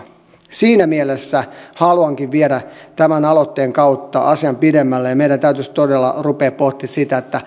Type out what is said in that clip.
siinä mielessä haluankin viedä tämän aloitteen kautta asian pidemmälle meidän täytyisi todella ruveta pohtimaan sitä